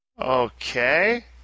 Okay